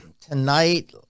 tonight